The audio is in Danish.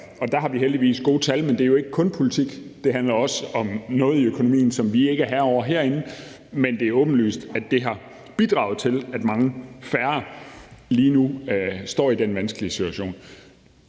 der har vi heldigvis gode tal. Men det er jo ikke kun politik; det handler også om noget i økonomien, som vi ikke er herre over herinde, men det er åbenlyst, at det har bidraget til, at mange færre lige nu står i den vanskelige situation.